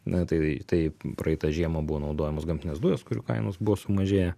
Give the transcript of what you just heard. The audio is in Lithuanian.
na tai tai praeitą žiemą buvo naudojamos gamtinės dujos kurių kainos buvo sumažėję